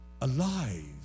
alive